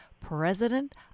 president